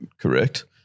correct